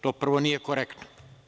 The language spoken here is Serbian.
To prvo nije korektno.